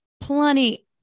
plenty